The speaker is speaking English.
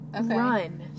Run